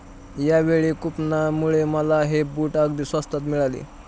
यावेळी कूपनमुळे मला हे बूट अगदी स्वस्तात मिळाले